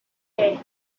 day